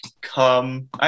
come